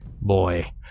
boy